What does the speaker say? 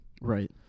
Right